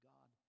God